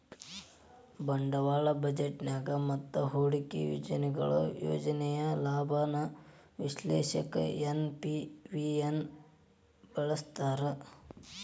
ಬಂಡವಾಳ ಬಜೆಟ್ನ್ಯಾಗ ಮತ್ತ ಹೂಡಿಕೆ ಯೋಜನೆಯೊಳಗ ಯೋಜನೆಯ ಲಾಭಾನ ವಿಶ್ಲೇಷಿಸಕ ಎನ್.ಪಿ.ವಿ ನ ಬಳಸ್ತಾರ